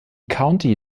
county